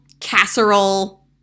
casserole